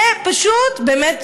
זה פשוט, באמת,